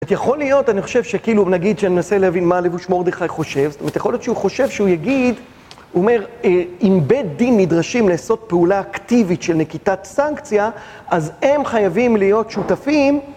יכול להיות, אני חושב שכאילו, נגיד, כשאני מנסה להבין מה לבוש מורדכי חושב, זאת אומרת, יכול להיות שהוא חושב שהוא יגיד, הוא אומר, אם בית דין נדרשים לעשות פעולה אקטיבית של נקיטת סנקציה, אז הם חייבים להיות שותפים.